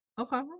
okay